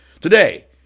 Today